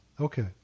Okay